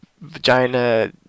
vagina